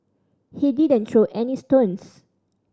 he didn't throw any stones